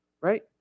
Right